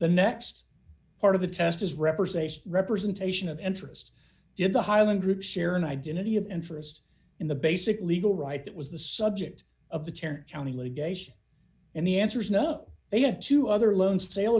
the next part of the test as representation representation of interest did the highland group share an identity of interest in the basic legal right that was the subject of the terror county litigation and the answer is no they had two other loans to sa